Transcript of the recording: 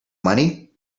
money